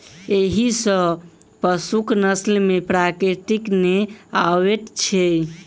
एहि सॅ पशुक नस्ल मे विकृति नै आबैत छै